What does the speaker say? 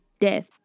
death